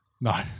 No